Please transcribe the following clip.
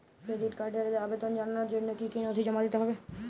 Credit কার্ডের আবেদন জানানোর জন্য কী কী নথি জমা দিতে হবে?